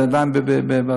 זה עדיין בהתחלה.